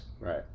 Right